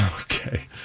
Okay